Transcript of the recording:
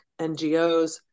NGOs